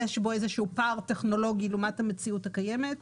יש בו איזשהו פער טכנולוגי לעומת המציאות הקיימת.